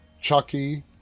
...Chucky